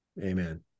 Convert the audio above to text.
Amen